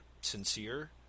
sincere